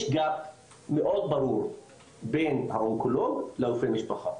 יש גג מאוד ברור בין האונקולוג לבין רופא משפחה,